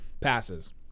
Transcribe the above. passes